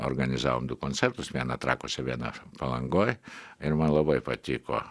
organizavom du koncertus vieną trakuose vieną palangoj ir man labai patiko